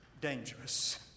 dangerous